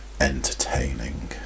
Entertaining